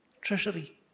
treasury